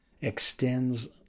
extends